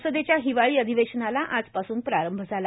संसदेच्या हिवाळी अधिवेशनाला आजपासून प्रारंभ झाला